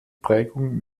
prägung